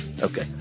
Okay